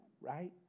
right